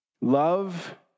Love